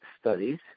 studies